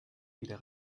wieder